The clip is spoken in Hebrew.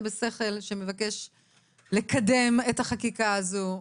בשכל שהוא מבקש לקדם את החקיקה הזאת,